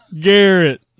Garrett